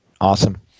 Awesome